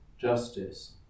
justice